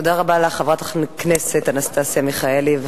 תודה רבה לחברת הכנסת אנסטסיה מיכאלי.